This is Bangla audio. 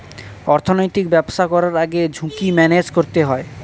অর্থনৈতিক ব্যবসা করার আগে ঝুঁকি ম্যানেজ করতে হয়